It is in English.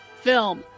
film